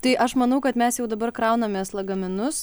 tai aš manau kad mes jau dabar kraunamės lagaminus